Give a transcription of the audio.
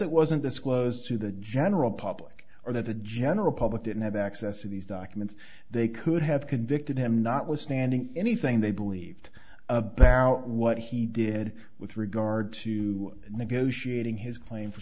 it wasn't disclosed to the general public or that the general public didn't have access to these documents they could have convicted him notwithstanding anything they believed about what he did with regard to negotiating his claim for